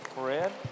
Fred